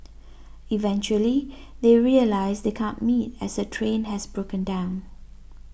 eventually they realise they can't meet as her train has broken down